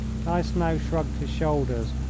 gneisenau shrugged his shoulders,